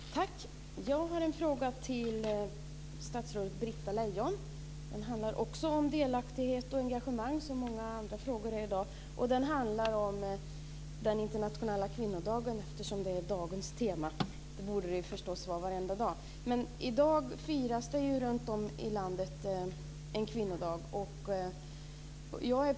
Herr talman! Jag har en fråga till statsrådet Britta Lejon. Som många andra frågor här i dag handlar den också om delaktighet och engagemang. Det gäller internationella kvinnodagen, eftersom det är dagens tema, men det borde det förstås vara varje dag. I dag firas kvinnodagen runtom i landet.